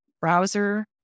browser